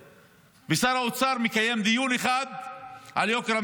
שר האוצר מקיים דיון אחד על יוקר המחיה,